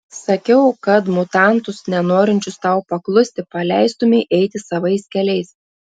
sakiau kad mutantus nenorinčius tau paklusti paleistumei eiti savais keliais